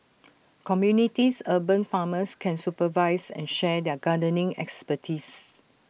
communities urban farmers can supervise and share their gardening expertise